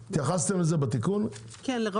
כן.